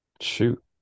Shoot